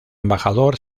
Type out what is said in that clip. embajador